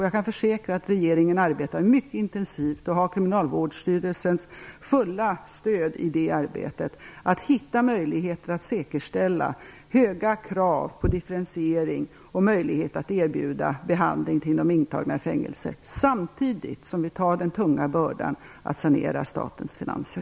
Jag kan försäkra att regeringen arbetar mycket intensivt och har Kriminalvårdsstyrelsens fulla stöd i arbetet att hitta möjligheter att säkerställa höga krav på differentiering och möjlighet att erbjuda behandling till de intagna i fängelse, samtidigt som vi tar den tunga bördan att sanera statens finanser.